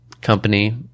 company